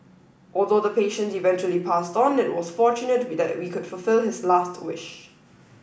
although the patient eventually passed on it was fortunate that we could fulfil his last wish